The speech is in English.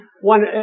one